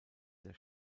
der